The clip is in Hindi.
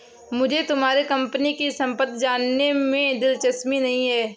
मुझे तुम्हारे कंपनी की सम्पत्ति जानने में दिलचस्पी नहीं है